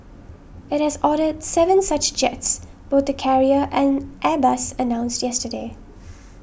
it has ordered seven such jets both the carrier and Airbus announced yesterday